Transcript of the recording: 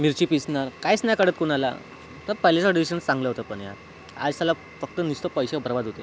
मिरची पिसणं काहीच नाही कळत कोणाला तर पहिलेचं चांगलं होतं पण यार आज साला फक्त नुसतं पैसे बर्बाद होते